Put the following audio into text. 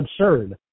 absurd